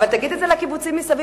אבל תגיד את זה לקיבוצים מסביב,